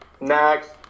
Next